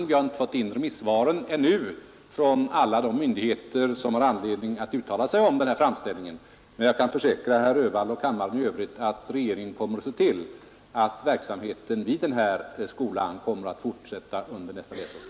Vi har ännu inte fått in remissvaren från alla de myndigheter som har anledning att uttala sig om framställningen, men jag kan försäkra herr Öhvall och kammaren i övrigt att regeringen kommer att se till att verksamheten vid denna skola kommer att kunna fortsätta under nästa läsår.